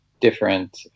Different